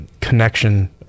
connection